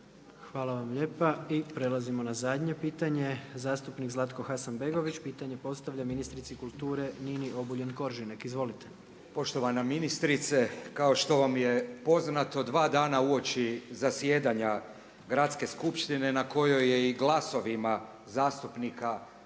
Hvala vam lijepa. I prelazimo na zadnje pitanje zastupnik Zlatko Hasanbegović. Pitanje postavlja ministrici kulture Nini Obuljen Koržinek. **Hasanbegović, Zlatko (Neovisni za Hrvatsku)** Poštovana ministrice, kao što vam je poznato dva dana uoči zasjedanja Gradske skupštine na kojoj je i glasovima zastupnika HDZ-a